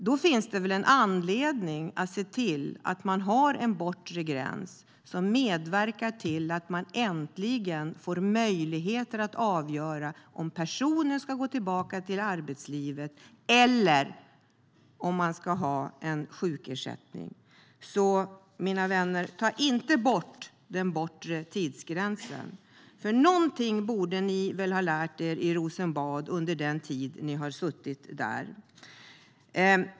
Då finns det väl anledning att ha en bortre gräns som medverkar till att man äntligen får möjlighet att avgöra om personen ska gå tillbaka till arbetslivet eller ha sjukersättning. Så, mina vänner, ta inte bort den bortre tidsgränsen. Någonting borde ni väl ha lärt er i Rosenbad under den tid ni suttit där.